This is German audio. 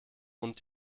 und